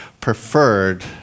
preferred